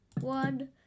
One